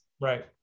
Right